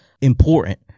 important